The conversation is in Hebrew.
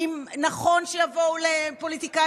ממניעים פוליטיים